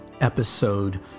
episode